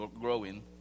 growing